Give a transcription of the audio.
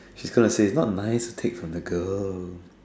she's gonna say not nice to take from the girl